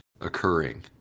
occurring